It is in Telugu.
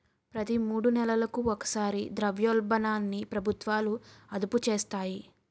ప్రతి మూడు నెలలకు ఒకసారి ద్రవ్యోల్బణాన్ని ప్రభుత్వాలు అదుపు చేస్తాయి